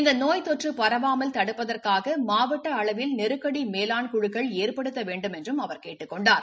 இந்த நோய் தொற்று பரவாமல் தடுப்பதற்காக மாவட்ட அளவில் நெருக்கடி மேலாண் குழுக்கள் ஏற்படுத்த வேண்டும் என்றும் அவர் கேட்டுக் கொண்டார்